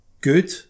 good